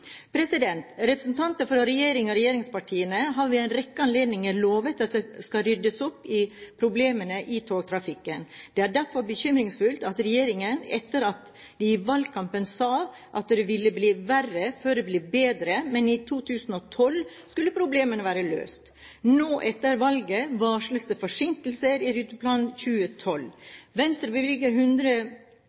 Representanter fra regjeringen og regjeringspartiene har ved en rekke anledninger lovet at det skal ryddes opp i problemene i togtrafikken. Det er derfor bekymringsfullt at regjeringen, etter at de i valgkampen sa at det ville bli verre før det ble bedre, men i 2012 skulle problemene være løst, nå etter valget varsler forsinkelser i Ruteplan 2012. Venstre bevilger 100